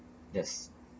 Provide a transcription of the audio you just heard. yes